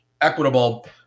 equitable